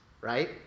right